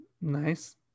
nice